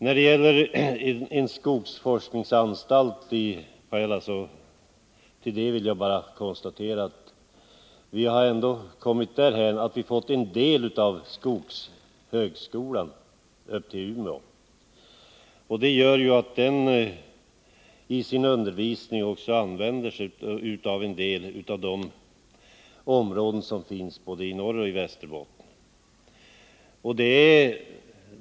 När det gäller en skogsforskningsanstalt i Pajala vill jag bara konstatera att vi ändå har kommit dithän att vi har fått en del av skogshögskolan till Umeå. Det gör ju att den i sin undervisning också använder sig av vissa av de områden som finns både i Norrbotten och i Västerbotten.